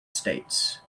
states